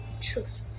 truth